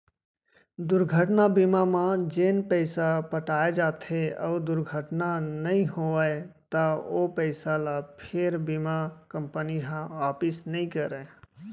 दुरघटना बीमा म जेन पइसा पटाए जाथे अउ दुरघटना नइ होवय त ओ पइसा ल फेर बीमा कंपनी ह वापिस नइ करय